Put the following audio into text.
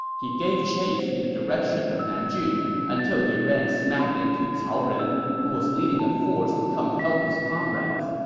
he gave chase in the direction of nanjun until he ran smack into cao ren, who was leading a force to come help his comrades.